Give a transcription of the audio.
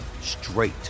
straight